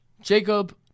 Jacob